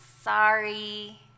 sorry